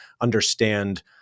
understand